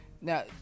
Now